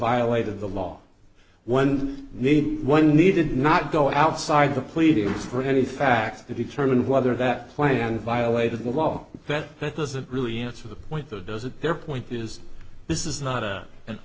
violated the law when one need not go outside the pleadings for any facts to determine whether that plan violated the law but that doesn't really answer the point though does it their point is this is not